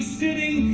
sitting